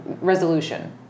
Resolution